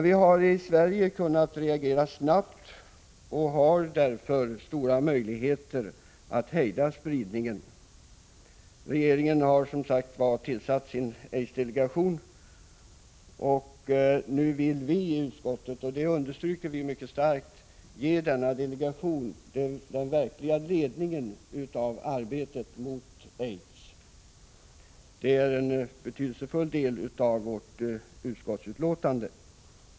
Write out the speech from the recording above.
Vi har i Sverige kunnat reagera snabbt och har därför stora möjligheter att hejda spridningen. Prot. 1985/86:109 Regeringen har som sagt tillsatt sin aidsdelegation. Nu vill vi i utskottet det 4 april 1986 understryker vi mycket starkt — ge denna delegation den verkliga ledningen av arbetet mot aids; det är en betydelsefull del av utskottets betänkande.